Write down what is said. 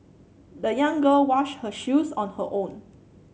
the young girl washed her shoes on her own